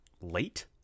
late